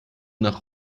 nach